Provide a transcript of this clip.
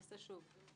תעשה את זה שוב.